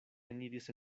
eniris